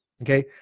Okay